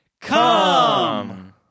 come